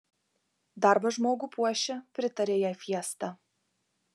darbas žmogų puošia pritarė jai fiesta